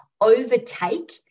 overtake